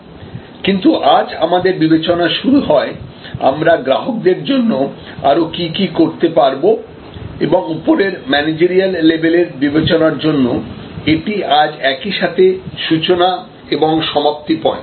কিন্তু আজ আমাদের বিবেচনা শুরু হয় আমরা গ্রাহকদের জন্য আরও কী কী করতে পারব এবং উপরের ম্যানেজারিয়াল লেভেলের বিবেচনার জন্য এটি আজ একই সাথে সূচনা এবং সমাপ্তি পয়েন্ট